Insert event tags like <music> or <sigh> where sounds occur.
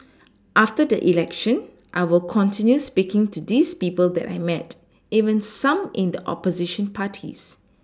<noise> after the election I will continue speaking to these people that I met even some in the opposition parties